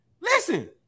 listen